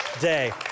day